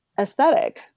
aesthetic